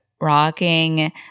rocking